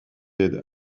aide